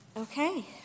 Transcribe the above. Okay